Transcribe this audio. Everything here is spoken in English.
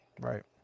Right